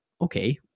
okay